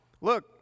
look